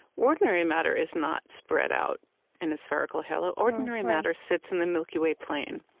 ordinary matter is not spread out in a spherical halo. ordinary matter sits in the milky way plane.